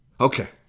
Okay